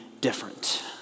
different